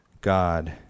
god